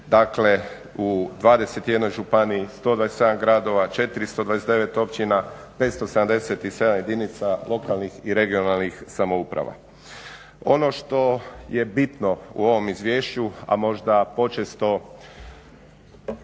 dakle u 21 županiji, 127 gradova, 429 općina, 577 jedinica lokalnih i regionalnih samouprava. Ono što je bitno u ovom izvješću a možda počesto